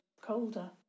colder